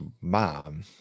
mom